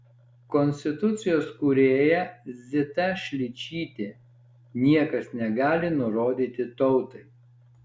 konstitucijos kūrėja zita šličytė niekas negali nurodyti tautai